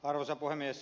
arvoisa puhemies